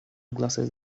glasses